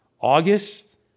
August